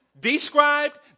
described